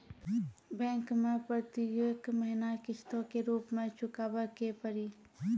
Bank मैं प्रेतियेक महीना किस्तो के रूप मे चुकाबै के पड़ी?